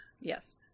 Yes